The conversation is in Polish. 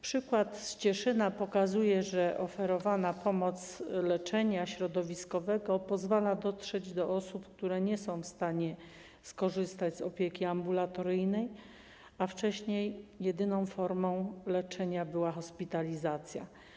Przykład z Cieszyna pokazuje, że oferowana pomoc leczenia środowiskowego pozwala dotrzeć do osób, które nie są w stanie skorzystać z opieki ambulatoryjnej, a wcześniej jedyną formą leczenia była hospitalizacja.